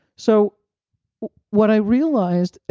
so what i realized.